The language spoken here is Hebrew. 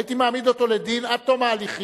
הייתי מעמיד אותו לדין עד תום ההליכים.